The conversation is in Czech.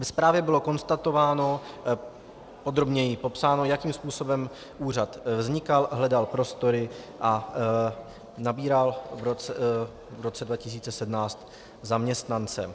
Ve zprávě bylo konstatováno, podrobněji popsáno, jakým způsobem úřad vznikal, hledal prostory a nabíral v roce 2017 zaměstnance.